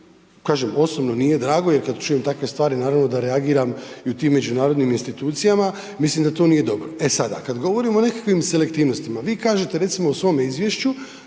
kažem osobno nije drago jer kada čujem takve stvari naravno da reagiram i u tim međunarodnim institucijama, mislim da to nije dobro. E sada, kada govorimo o nekakvim selektivnostima vi kažete recimo u svom izvješću